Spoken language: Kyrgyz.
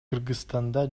кыргызстанда